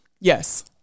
yes